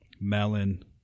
melon